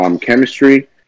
chemistry